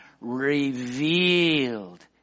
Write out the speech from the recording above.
Revealed